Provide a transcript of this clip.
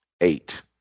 Eight